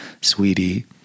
sweetie